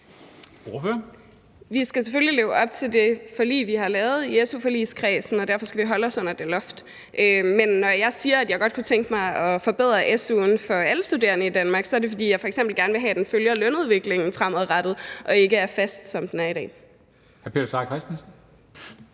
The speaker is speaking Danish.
leve op til det forlig, vi har lavet i su-forligskredsen, og derfor skal vi holde os under det loft. Men når jeg siger, at jeg godt kunne tænke mig at forbedre su'en for alle studerende i Danmark, så er det jo, fordi jeg f.eks. gerne vil have, at den følger lønudviklingen fremadrettet og ikke er fast, som den er i dag.